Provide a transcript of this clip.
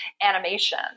animation